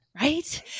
right